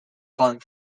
falling